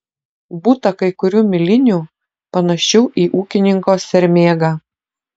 būta kai kurių milinių panašių į ūkininko sermėgą